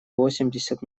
восемьдесят